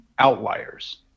outliers